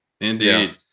Indeed